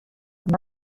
اینا